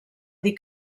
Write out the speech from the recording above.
dir